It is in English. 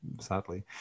sadly